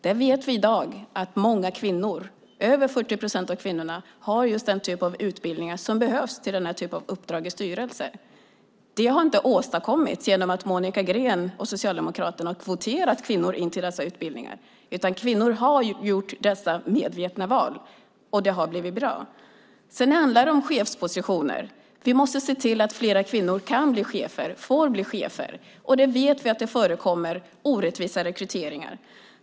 Vi vet i dag att många kvinnor, över 40 procent, har just den typ av utbildningar som behövs för uppdrag i styrelser. Det har inte åstadkommits genom att Monica Green och Socialdemokraterna har kvoterat kvinnor in till dessa utbildningar. Kvinnor har gjort dessa medvetna val, och det har blivit bra. Det andra handlar om chefspositioner. Vi måste se till att fler kvinnor kan bli chefer och får bli chefer. Vi vet att det förekommer orättvisa rekryteringar.